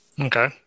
Okay